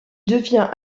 devient